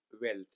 wealth